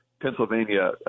Pennsylvania